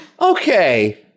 okay